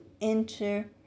enter